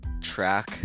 track